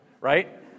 right